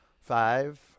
Five